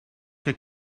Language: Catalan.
que